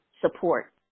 support